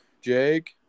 Jake